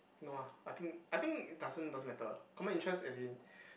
no ah I think I think it doesn't doesn't matter common interest as in